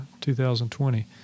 2020